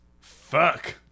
Fuck